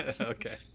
Okay